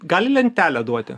gali lentelę duoti